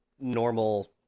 normal